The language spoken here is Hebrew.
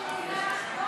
(תיקון,